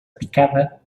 picada